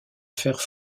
faire